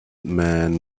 man